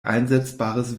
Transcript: einsetzbares